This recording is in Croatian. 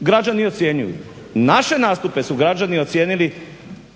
građani ocjenjuju. Naše nastupe su građani ocijenili